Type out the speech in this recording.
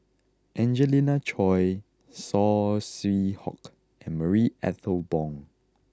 Angelina Choy Saw Swee Hock and Marie Ethel Bong